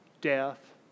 death